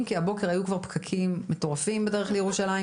אם כי הבוקר היו כבר פקקים מטורפים בדרך לירושלים,